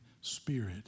spirit